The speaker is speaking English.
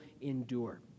endure